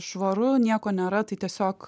švaru nieko nėra tai tiesiog